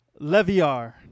Leviar